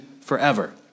forever